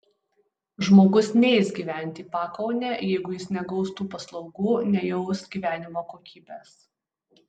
žmogus neis gyventi į pakaunę jeigu jis negaus tų paslaugų nejaus gyvenimo kokybės